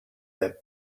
their